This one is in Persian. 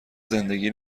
زندگی